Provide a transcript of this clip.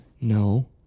No